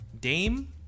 Dame